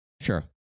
Sure